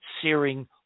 searing